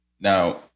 Now